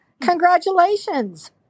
Congratulations